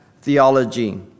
theology